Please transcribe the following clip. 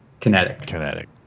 Kinetic